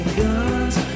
guns